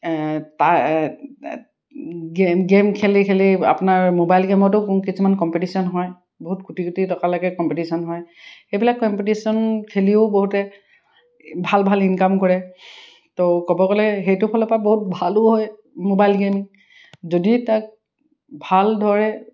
game খেলি খেলি আপোনাৰ মোবাইল গেমতো কিছুমান কম্পিটিশ্যন হয় বহুত কুটি কুটি টকালৈকে কম্পিটিশ্যন হয় সেইবিলাক কম্পিটিশ্যন খেলিও বহুতে ভাল ভাল ইনকাম কৰে তো ক'ব গ'লে সেইটো ফালৰপৰা বহুত ভালো হয় মোবাইল গেম যদি তাক ভাল ধৰে